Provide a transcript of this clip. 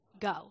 go